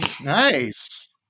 Nice